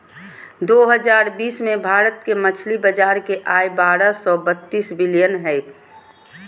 दो हजार बीस में भारत के मछली बाजार के आय बारह सो बतीस बिलियन हइ